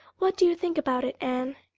what do you think about it, anne?